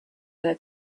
their